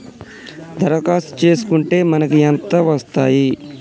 దరఖాస్తు చేస్కుంటే మనకి ఎంత వస్తాయి?